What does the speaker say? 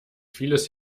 vieles